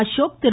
Ashok Thiru